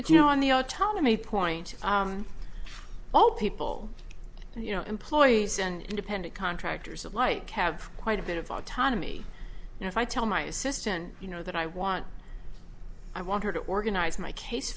and you know on the autonomy point all people and you know employees and independent contractors of like have quite a bit of autonomy and if i tell my assistant you know that i want i want her to organize my case